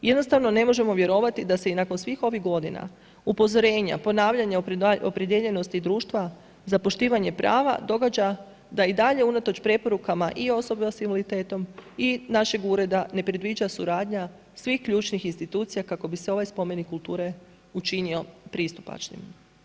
Jednostavno ne možemo vjerovati da se i nakon svih ovih godina upozorenja, ponavljanja opredijeljenosti društva za poštivanje prava događa da i dalje unatoč preporukama i osoba s invaliditetom i našeg Ureda ne predviđa suradnja svih ključnih institucija kako bi se ovaj spomenik kulture učinio pristupačnim.